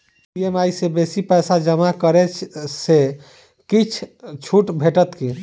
EMI सँ बेसी पैसा जमा करै सँ किछ छुट भेटत की?